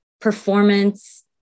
performance